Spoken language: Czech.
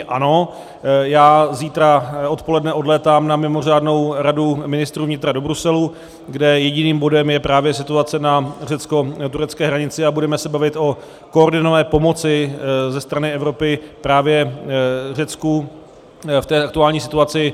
Ano, já zítra odpoledne odlétám na mimořádnou Radu ministrů vnitra do Bruselu, kde jediným bodem je právě situace na řeckoturecké hranici, a budeme se bavit o koordinované pomoci ze strany Evropy právě Řecku v té aktuální situaci.